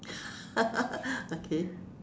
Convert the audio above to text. okay